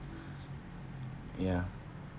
ya